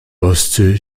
ostsee